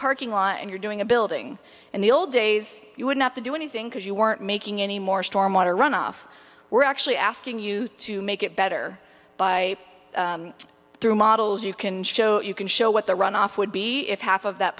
parking lot and you're doing a building in the old days you would not to do anything because you weren't making anymore storm water runoff we're actually asking you to make it better by through models you can show you can show what the runoff would be if half of that